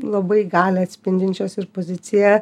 labai galią atspindinčios ir poziciją